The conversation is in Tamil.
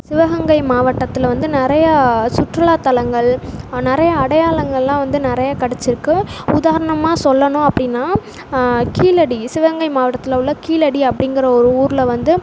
சிவகங்கை மாவட்டத்தில் வந்து நிறையா சுற்றுலாத் தளங்கள் நிறையா அடையாளங்களெலாம் வந்து நிறையா கிடைச்சிருக்கு உதாரணமாக சொல்லணும் அப்படின்னா கீழடி சிவகங்கை மாவட்டத்தில் உள்ள கீழடி அப்படிங்குற ஒரு ஊரில் வந்து